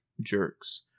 jerks